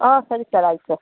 ಹಾಂ ಸರಿ ಸರ್ ಆಯ್ತು ಸರ್